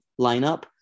lineup